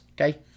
okay